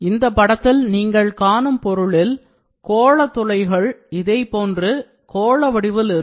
இந்த படத்தில் நீங்கள் காணும் பொருளில் கோள துளைகள் இதை போன்று கோள வடிவில் இருக்கும்